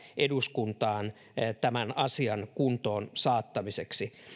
eduskuntaan kevätkaudella kaksituhattakaksikymmentä tämän asian kuntoon saattamiseksi